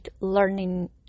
learning